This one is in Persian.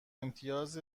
امتیاز